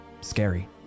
scary